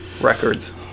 records